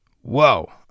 Whoa